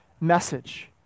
message